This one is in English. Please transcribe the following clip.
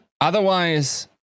Otherwise